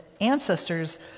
ancestors